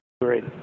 great